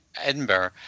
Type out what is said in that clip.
Edinburgh